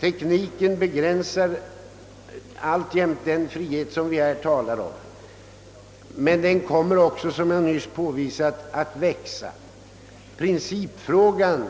Tekniken begränsar alltjämt den frihet vi här talar om, men de tekniska möjligheterna kommer, som jag nyss påvisat, att öka. Därför tränger sig principfrågan